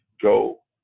go